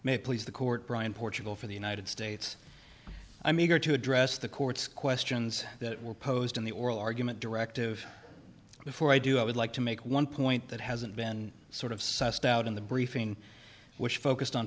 may please the court brian portugal for the united states i'm eager to address the court's questions that were posed in the oral argument directive before i do i would like to make one point that hasn't been sort of sussed out in the briefing which focused on